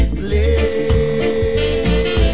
play